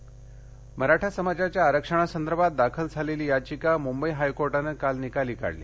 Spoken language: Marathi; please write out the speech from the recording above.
आरक्षण मराठा समाजाच्या आरक्षणासंदर्भात दाखल झालेली याचिका मुंबई हायकोर्टाने काल निकाली काढली